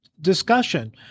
discussion